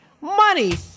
money